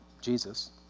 Jesus